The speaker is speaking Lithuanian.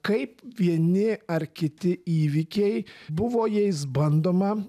kaip vieni ar kiti įvykiai buvo jais bandoma